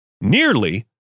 Nearly